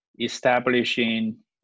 establishing